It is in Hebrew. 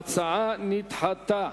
ההצעה נדחתה.